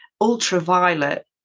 ultraviolet